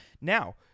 Now